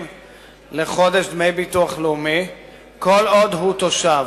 לחודש דמי ביטוח לאומי כל עוד הוא תושב.